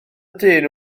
dyn